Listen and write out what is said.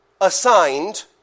assigned